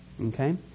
okay